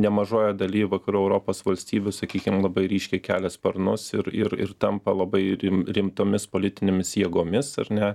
nemažoje daly vakarų europos valstybių sakykim labai ryškiai kelia sparnus ir ir ir tampa labai rim rimtomis politinėmis jėgomis ar ne